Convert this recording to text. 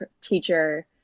teacher